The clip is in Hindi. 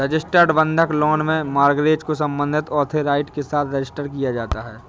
रजिस्टर्ड बंधक लोन में मॉर्गेज को संबंधित अथॉरिटी के साथ रजिस्टर किया जाता है